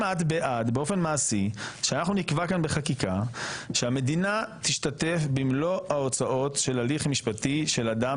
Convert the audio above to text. אם את יכולה לתת לנו סטטיסטיקה כמה עלה להם הייצוג המשפטי שלהם